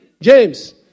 James